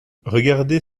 regardez